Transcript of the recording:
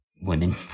women